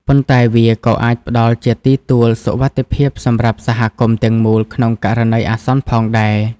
ប៉ុន្តែវាក៏អាចផ្តល់ជាទីទួលសុវត្ថិភាពសម្រាប់សហគមន៍ទាំងមូលក្នុងករណីអាសន្នផងដែរ។